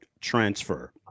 transfer